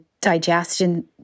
digestion